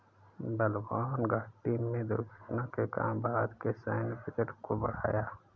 बलवान घाटी में दुर्घटना के कारण भारत के सैन्य बजट को बढ़ाया